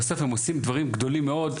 בסוף הם עושים דברים גדולים מאוד,